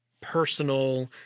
personal